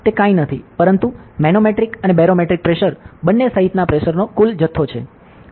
તે કાંઈ નથી પરંતુ મેનોમેટ્રિક અને બેરોમેટ્રિક પ્રેશર બંને સહિતના પ્રેશરનો કુલ જથ્થો